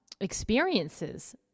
experiences